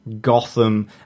Gotham